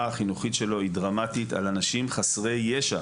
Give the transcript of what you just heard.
החינוכית שלו היא דרמטית על אנשים חסרי ישע.